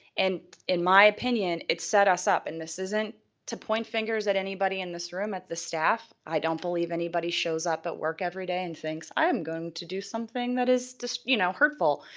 and in my opinion, it set us up. and this isn't to point fingers at anybody in this room, at the staff. i don't believe anybody shows up at work everyday and thinks, i'm going to do something that is so you know hurtful.